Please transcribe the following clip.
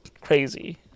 crazy